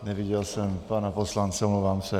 Neviděl jsem pana poslance, omlouvám se.